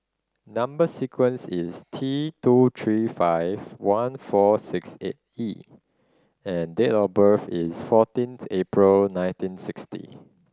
number sequence is T two three five one four six eight E and date of birth is fourteenth April nineteen sixty